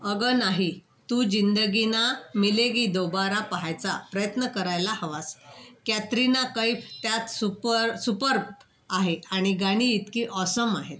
अगं नाही तू जिंदगी ना मिलेगी दोबारा पाहायचा प्रयत्न करायला हवास कॅत्रीना कैफ त्यात सुपर सुपर्प आहे आणि गाणी इतकी ऑसम आहेत